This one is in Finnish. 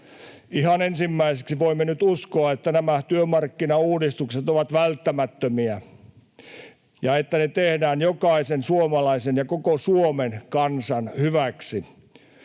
Ihan ensimmäiseksi voimme nyt uskoa, että nämä työmarkkinauudistukset ovat välttämättömiä ja että ne tehdään jokaisen suomalaisen ja koko Suomen kansan hyväksi.